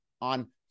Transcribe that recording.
on